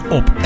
op